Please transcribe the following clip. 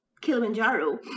Kilimanjaro